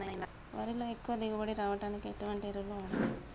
వరిలో ఎక్కువ దిగుబడి రావడానికి ఎటువంటి ఎరువులు వాడాలి?